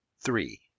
Three